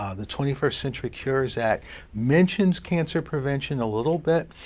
um the twenty first century cures act mentions cancer prevention a little bit,